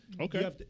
Okay